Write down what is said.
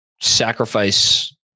Sacrifice